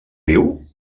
riu